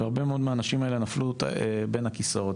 והרבה מאוד אנשים כאלו נפלו בין הכיסאות.